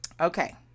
Okay